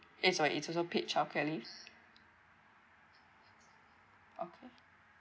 eh sorry it's also paid childcare leave okay